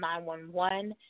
911